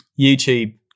YouTube